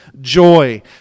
joy